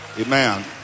Amen